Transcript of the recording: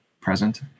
present